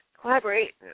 Collaborate